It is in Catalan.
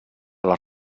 les